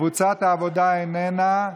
קבוצת העבודה איננה.